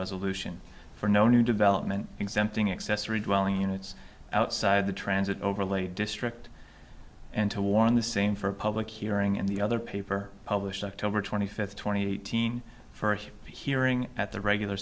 resolution for no new development exempting accessory dwelling units outside the transit overlay district and toward the same for a public hearing and the other paper published october twenty fifth twenty first hearing at the regular